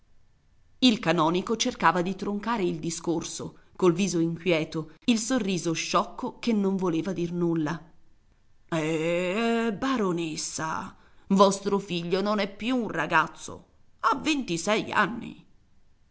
il canonico cercava di troncare il discorso col viso inquieto il sorriso sciocco che non voleva dir nulla eh eh baronessa vostro figlio non è più un ragazzo ha ventisei anni